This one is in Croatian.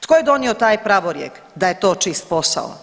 Tko je donio taj pravorijek da je to čist posao?